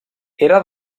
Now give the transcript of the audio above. era